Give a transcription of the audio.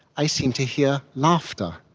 i seemed to hear laughter,